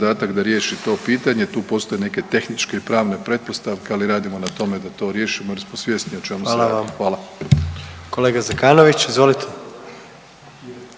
Hvala vam./… Hvala.